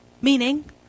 Meaning